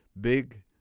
Big